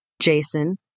Jason